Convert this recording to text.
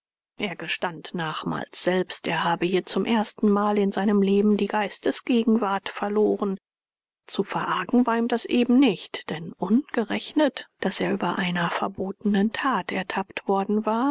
er gestand nachmals selbst er habe hier zum ersten mal in seinem leben die geistesgegenwart verloren zu verargen war ihm das eben nicht denn ungerechnet daß er über einer verbotenen tat ertappt worden war